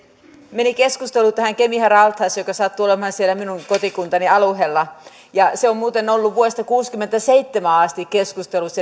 meni keskustelu tähän kemiran altaaseen joka sattuu olemaan siellä minun kotikuntani alueella se on muuten ollut vuodesta kuusikymmentäseitsemän asti keskusteluissa